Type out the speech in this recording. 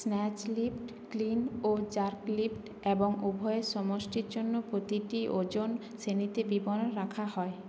snatch lift clean ও jerk lift এবং উভয়ের সমষ্টির জন্য প্রতিটি ওজন শ্রেণিতে বিবরণ রাখা হয়